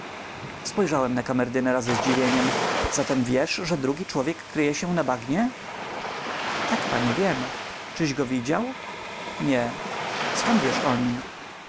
spojrzałem na kamerdynera ze zdziwieniem zatem wiesz że drugi człowiek kryje się na bagnie tak panie wiem czyś go widział nie skąd wiesz o nim